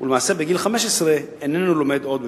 ולמעשה בגיל 15 איננו לומד עוד בבית-הספר.